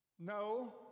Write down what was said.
No